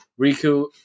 Riku